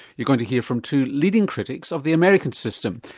you're going to hear from two leading critics of the american system,